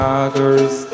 others